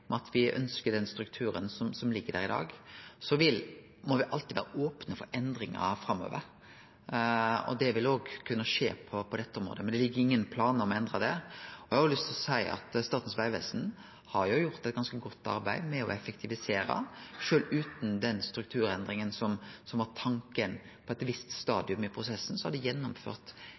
at me ønskjer den strukturen som ligg der i dag. Så må me alltid vere opne for endringar framover, og det vil òg kunne skje på dette området, men det ligg ingen planar om å endre det. Eg har òg lyst til å seie at Statens vegvesen har gjort eit ganske godt arbeid med å effektivisere. Sjølv utan den strukturendringa som var tanken på eit visst stadium i prosessen, har dei gjennomført